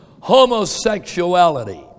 Homosexuality